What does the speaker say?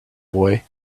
boy